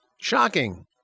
Shocking